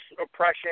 oppression